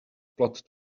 plot